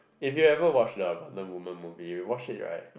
if you ever watch the Wonder-Woman movie if you watch it right